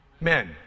men